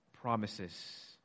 promises